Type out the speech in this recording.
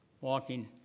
Walking